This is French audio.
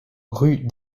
rue